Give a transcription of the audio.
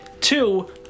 Two